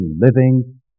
living